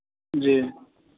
जी